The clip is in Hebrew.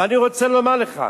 ואני רוצה לומר לך,